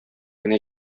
генә